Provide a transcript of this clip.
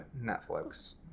netflix